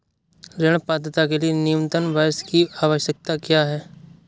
ऋण पात्रता के लिए न्यूनतम वर्ष की आवश्यकता क्या है?